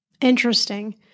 Interesting